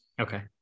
Okay